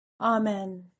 Amen